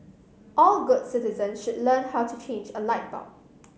all good citizens should learn how to change a light bulb